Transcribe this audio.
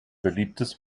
beliebtes